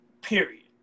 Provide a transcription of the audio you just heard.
Period